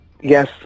yes